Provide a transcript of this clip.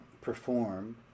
perform